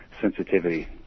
sensitivity